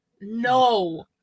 No